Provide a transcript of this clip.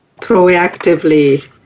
proactively